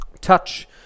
touch